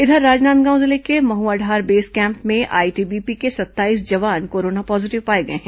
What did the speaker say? इधर राजनांदगांव जिले के महुआढार बेस कैम्प में आईटीबीपी के सत्ताईस जवान कोरोना पॉजीटिव पाए गए हैं